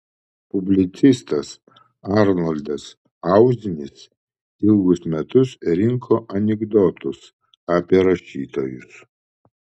publicistas arnoldas auzinis ilgus metus rinko anekdotus apie rašytojus